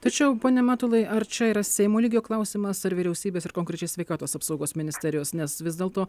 tačiau pone matulai ar čia yra seimo lygio klausimas ar vyriausybės ir konkrečiai sveikatos apsaugos ministerijos nes vis dėl to